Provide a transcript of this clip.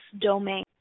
domain